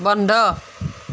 বন্ধ